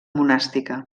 monàstica